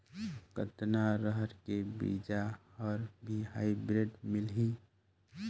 कतना रहर के बीजा हर भी हाईब्रिड मिलही?